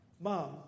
Mom